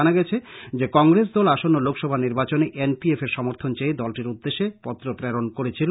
জানা গেছে যে কংগ্রেস দল আসন্ন লোকসভা নির্বাচনে এন পি এফর সমর্থন চেয়ে দলটির উদ্দেশ্যে পত্র প্রেরণ করেছিল